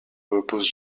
repose